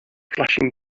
flashing